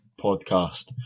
podcast